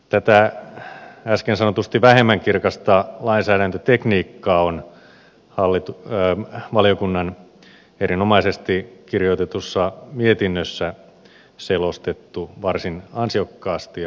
tätä äsken sanotusti vähemmän kirkasta lainsäädäntötekniikkaa on valiokunnan erinomaisesti kirjoitetussa mietinnössä selostettu varsin ansiokkaasti ja monitahoisesti